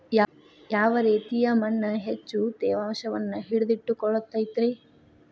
ಯಾವ ರೇತಿಯ ಮಣ್ಣ ಹೆಚ್ಚು ತೇವಾಂಶವನ್ನ ಹಿಡಿದಿಟ್ಟುಕೊಳ್ಳತೈತ್ರಿ?